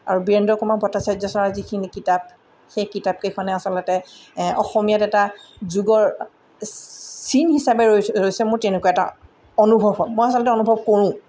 আৰু বীৰেন্দ্ৰ কুমাৰ ভট্টাচাৰ্য্য় ছাৰৰ যিখিনি কিতাপ সেই কিতাপকেইখনে আচলতে অসমীয়াত এটা যুগৰ চিন হিচাপে ৰৈছে ৰৈছে মোৰ তেনেকুৱা এটা অনুভৱ হয় মই আচলতে অনুভৱ কৰোঁ